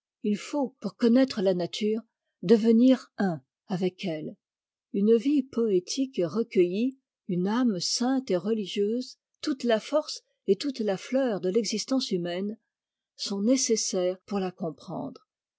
il faut pour connaître la nature devenir un avec elle une vie poétique et recueillie une âme sainte et religieuse toute la force et toute la fleur de l'existence humaine sont nécessaires pour la comprendre